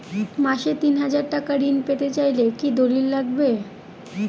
মাসে তিন হাজার টাকা ঋণ পেতে চাইলে কি দলিল লাগবে?